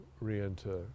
re-enter